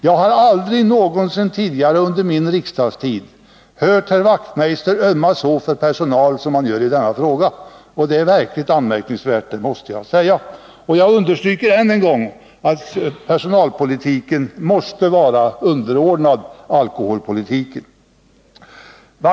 Jag har aldrig någonsin tidigare under min riksdagstid hört herr Wachtmeister ömma så för personal som han gör i denna fråga, och det är anmärkningsvärt. Jag understryker än en gång att personalpolitiken måste vara underordnad alkoholpolitiken.